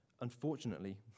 Unfortunately